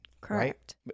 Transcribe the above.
Correct